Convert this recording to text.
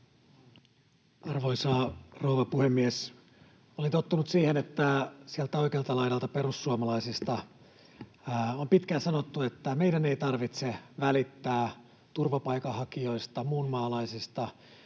Arvoisa rouva puhemies! Olen tottunut siihen, että sieltä oikealta laidalta, perussuomalaisista, on pitkään sanottu, että meidän ei tarvitse välittää turvapaikanhakijoista, muunmaalaisista,